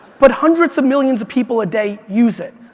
but hundreds of millions of people a day use it.